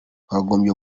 twakagombye